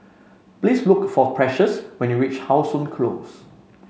please look for Precious when you reach How Sun Close